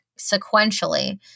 sequentially